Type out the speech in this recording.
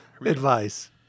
advice